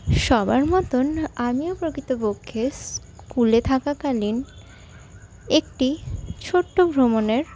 সবার মতোন আমিও প্রকৃতপক্ষে স্কুলে থাকাকালীন একটি ছোট্ট ভ্রমণের